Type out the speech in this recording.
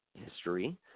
history